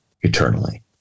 eternally